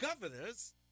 governors